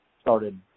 started